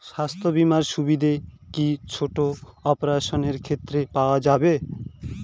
স্বাস্থ্য বীমার সুবিধে কি ছোট অপারেশনের ক্ষেত্রে পাওয়া যাবে?